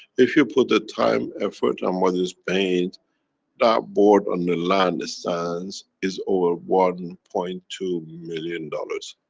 if you put a time effort on what is made that board on the land stands is over one point two million dollars,